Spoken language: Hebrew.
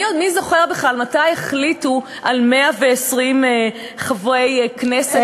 מי זוכר בכלל מתי החליטו על 120 חברי כנסת ולמה.